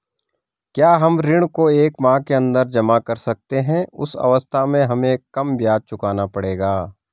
क्या हम ऋण को एक माह के अन्दर जमा कर सकते हैं उस अवस्था में हमें कम ब्याज चुकाना पड़ेगा?